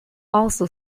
also